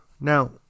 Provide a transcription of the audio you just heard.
Now